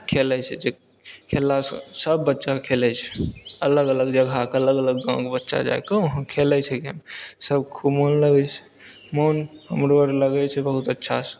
खेलैत छै जे खेललासँ सब बच्चा खेलैत छै अलग अलग जगह अलग अलग गाँवमे बच्चा जाए कऽ वहाँ खेलैत छै सब खूब मन लगैत छै मन हमरो आर लगैत छै बहुत अच्छासँ